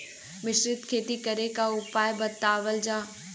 मिश्रित खेती करे क उपाय बतावल जा?